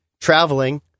traveling